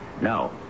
No